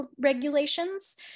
regulations